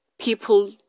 people